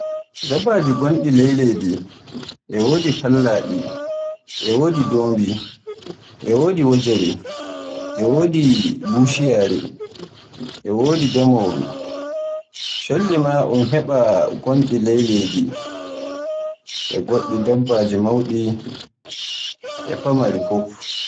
So mi heɓaay dama mi maganto matsalaare goo e duniyaaru ndu, mi maganto habre ko wakkanoto e leydi Palasɗinu e Isra'ila, ngam yonkiji ɗuɗɗi maayi, min bo mi yiɗa hallende.